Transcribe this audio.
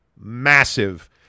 massive